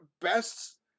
best